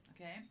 okay